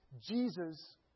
Jesus